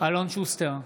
אלון שוסטר,